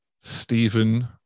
Stephen